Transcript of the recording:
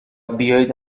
بیایید